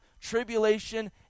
tribulation